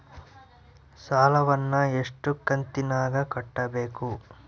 ಸಾಲವನ್ನ ಎಷ್ಟು ಕಂತಿನಾಗ ಕಟ್ಟಬೇಕು?